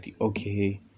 okay